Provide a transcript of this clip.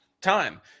time